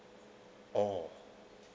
oh